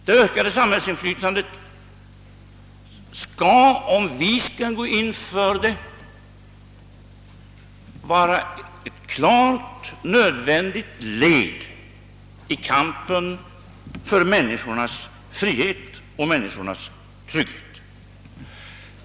Om vi skall gå in för ett ökat samhällsinflytande, skall det vara ett klart nödvändigt led i kampen för medborgarnas frihet och trygghet.